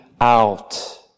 out